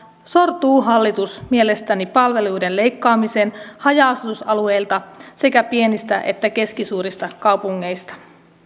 hallitus mielestäni sortuu palveluiden leikkaamiseen haja asutusalueilta sekä pienistä että keskisuurista kaupungeista